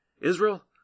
Israel